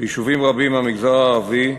ביישובים רבים במגזר הערבי,